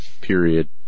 period